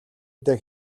дээ